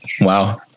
Wow